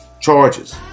charges